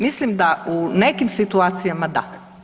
Mislim da u nekim situacijama da.